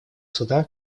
суда